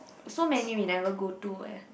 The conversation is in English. so many we never go to eh